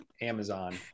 Amazon